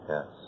Yes